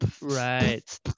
Right